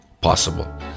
possible